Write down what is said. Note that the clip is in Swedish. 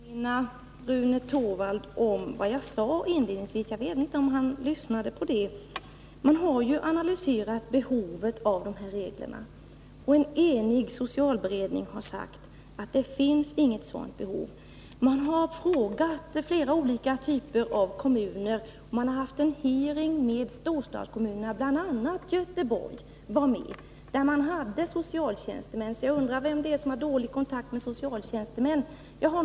Fru talman! Jag måste påminna Rune Torwald om vad jag sade inledningsvis — jag vet inte om han lyssnade på det. Man har analyserat behovet av dessa bestämmelser, och en enig socialberedning har sagt att det inte finns något sådant behov. Man har frågat flera olika typer av kommuner, och man har haft en hearing med storstadskommuner, där bl.a. Göteborg var med. Även socialtjänstemän deltog. Så jag undrar vem det är som har dålig kontakt med socialtjänstemän.